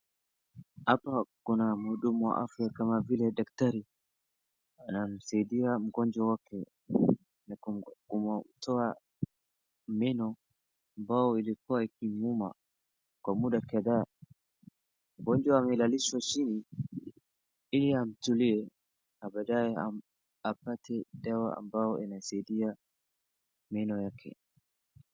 Hapa kuna mhudumu wa afya kama vile daktari anamsaidia mgonjwa wake kumtoa meno ambayo ilikuwa ikimuuma kwa muda kadhaa. Mgonjwa amellishwa chini ili atulie na badaye apate dawa ambayo inasaiidia meno yake.